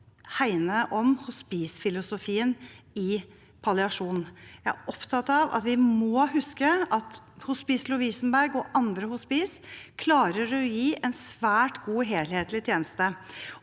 hegne om hospicefilosofien i palliasjon. Jeg er opptatt av at vi må huske at Hospice Lovisenberg og andre hospicer klarer å gi en svært god helhetlig tjeneste.